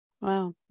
Wow